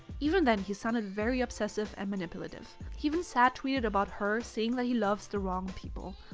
even then, he sounded very obsessive and manipulative. he even sad tweeted about her saying that he loves the wrong people.